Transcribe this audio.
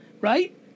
right